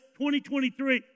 2023